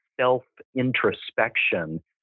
self-introspection